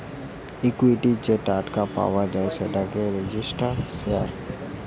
equity যে টাকাটা পাওয়া যায় সেটাই রেজিস্টার্ড শেয়ার